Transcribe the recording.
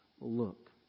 look